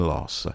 Loss